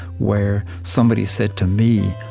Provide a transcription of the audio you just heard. where somebody said to me,